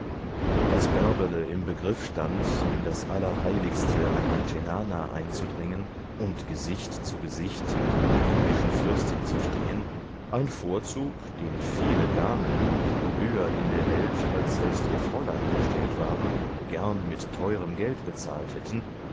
daß bärbele im begriff stand in das allerheiligste einer cenana hineinzudringen und gesicht zu gesicht mit einer indischen fürstin zu stehen ein vorzug den viele damen die höher in der welt als selbst ihr fräulein gestellt waren gern mit teurem geld bezahlt hätten